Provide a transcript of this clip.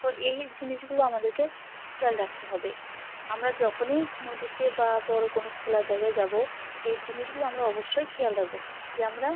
তো এই জিনিসগুলো আমাদেরকে খেয়াল রাখতে হবে আমরা যখনই নদীতে বা বড়ো কোনো খোলা জায়গায় যাব এই জিনিসগুলো আমরা অবশ্যই খেয়াল রাখবো যে আমরা